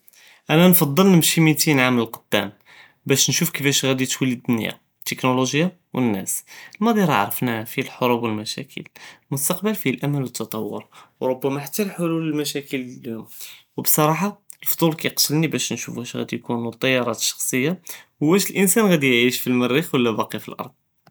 אנא נקדמל נמשי מיטין עאם ללקדאם באש נשוף כיפאש גאדי טולי אלדוניה אלטכנולוגיה ו אלנאס, אלמאד'י ראה ערפנאה פיה אלח'רוב ואלמשاكل, אלמוסטאקבל פיה אלאמן ואלת'ת'ור ו רבמא חתא אלחלול למשاكل או בסרחה אלפדול קיקטלני באש נשוף אש גאדי יכונו אלטיאראט אלשחסיה, ו ווש אלאנסן גאדי יעיש פי אלמריח וולה באקי פי אלארד.